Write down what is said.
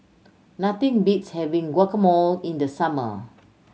nothing beats having Guacamole in the summer